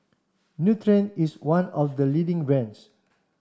Nutren is one of the leading brands